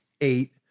eight